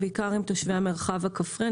בעיקר עם תושבי המרחב הכפרי.